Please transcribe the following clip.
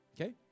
okay